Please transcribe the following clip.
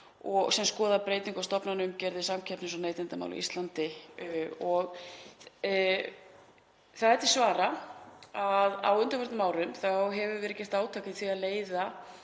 sem skoðar breytingu á stofnanaumgjörð samkeppnis- og neytendamála á Íslandi. Því er til að svara að á undanförnum árum hefur verið gert átak í því að leita